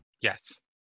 Yes